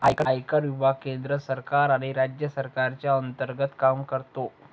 आयकर विभाग केंद्र सरकार आणि राज्य सरकारच्या अंतर्गत काम करतो